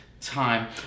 time